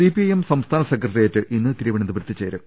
CPIM സംസ്ഥാന secretariat ഇന്ന് തിരുവനന്തപു രത്ത് ചേരും